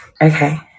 okay